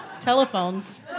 Telephones